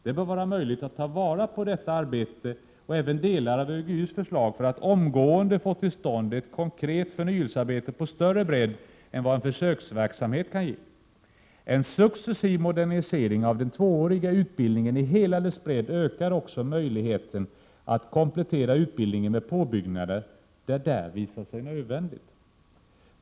Det bör vara möjligt att ta vara på detta arbete, och även delar av ÖGY:s förslag, för att omgående få till stånd ett konkret förnyelsearbete på större bredd än vad en försöksverksamhet kan ge. En successiv modernisering av den tvååriga utbildningen i hela dess bredd ökar också möjligheten att komplettera utbildningen med påbyggnader där det visar sig nödvändigt.